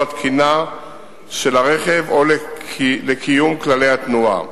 התקינה של הרכב או לקיום כללי התנועה.